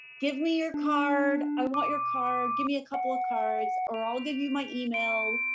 give me your card, i want your card, give me a couple of cards, or i'll give you my email,